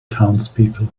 townspeople